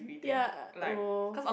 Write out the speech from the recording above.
ya oh